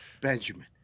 Benjamin